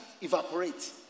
evaporate